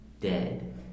dead